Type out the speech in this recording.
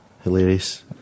hilarious